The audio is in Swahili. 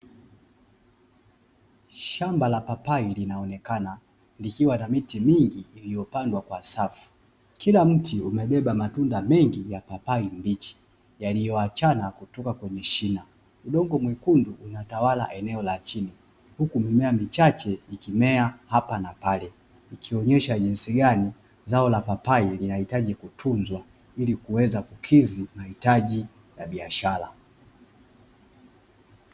Shamba la papai linaonekena likiwa na miti mingi iliyopandwa kwa safu. Kila mti umebeba matunda mengi ya papai mbichi yaliyoachana kutoka kwenye shina. Udongo mwekundu unatawala eneo la chini huku mimea michache ikimea hapa na pale, ikionyesha jinsi gani zao la papai linahitaji kutunzwa, ili kukidhi zao la biashara.